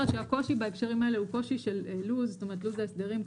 שהקושי בהקשרים האלה הוא קושי של לו"ז להסדרים.